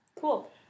Cool